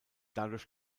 dadurch